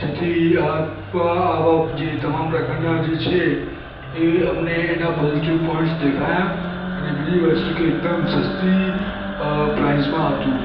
જેથી આવા જે તમામ પ્રકારના જે છે એ અમને એના પૉઝિટિવ પોઈન્ટ્સ દેખાયા અને બીજી વસ્તુ કે એકદમ સસ્તી પ્રાઇસમાં હતું